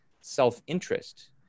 self-interest